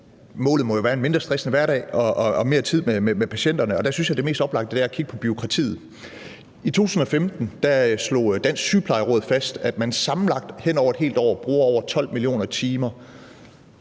Målet må jo være en mindre stressende hverdag og mere tid med patienterne, og der synes jeg, det mest oplagte er at kigge på bureaukratiet. I 2015 slog Dansk Sygeplejeråd fast, at sygeplejerskerne samlet set hen over et helt år bruger over 12 mio. timer